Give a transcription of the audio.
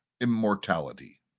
immortality